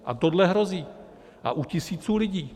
A tohle hrozí, a u tisíců lidí.